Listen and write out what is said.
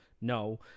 No